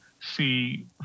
see